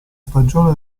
stagione